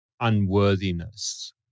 Unworthiness